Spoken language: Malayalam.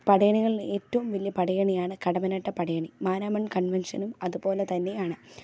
പടയണികളിൽ ഏറ്റവും വലിയ പടയണിയാണ് കടമ്മനാട്ടെ പടയണി മാരാമൻ കൺവെൻഷനും അതുപോലെ തന്നെ ആണ്